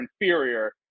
inferior